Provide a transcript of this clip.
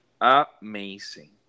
amazing